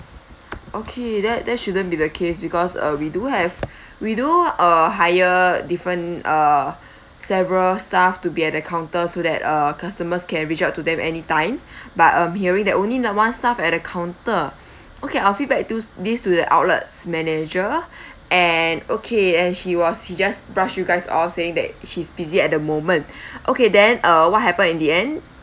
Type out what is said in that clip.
okay that that shouldn't be the case because uh we do have we do uh hire different uh several staff to be at the counter so that uh customers can reach out to them anytime but um hearing that only one staff at the counter okay I'll feedback to this to the outlet's manager and okay and he was he just brushed you guys off saying that he's busy at the moment okay then uh what happened in the end